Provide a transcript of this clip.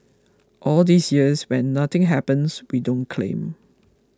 all these years when nothing happens we don't claim